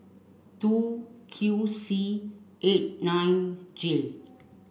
two Q C eight nine J